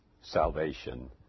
salvation